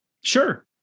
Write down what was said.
Sure